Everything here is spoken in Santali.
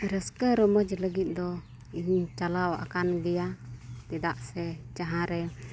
ᱨᱟᱹᱥᱠᱟᱹ ᱨᱚᱢᱚᱡ ᱞᱟᱹᱜᱤᱫ ᱫᱚ ᱤᱧ ᱦᱚᱸᱧ ᱪᱟᱞᱟᱣ ᱟᱠᱟᱱ ᱜᱮᱭᱟ ᱪᱮᱫᱟᱜ ᱥᱮ ᱡᱟᱦᱟᱸ ᱨᱮ